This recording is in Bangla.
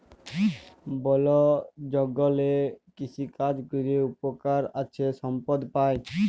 বল জঙ্গলে কৃষিকাজ ক্যরে উপকার আছে সম্পদ পাই